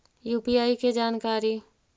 UPI के जानकारी?